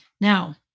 Now